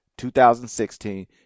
2016